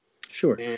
sure